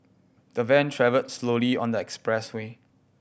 the van travelled slowly on the expressway